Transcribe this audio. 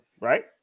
right